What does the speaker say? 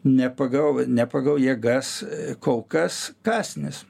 ne pagal ne pagal jėgas kol kas kąsnis